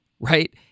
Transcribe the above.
Right